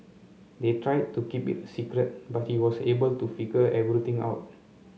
they tried to keep it a secret but he was able to figure everything out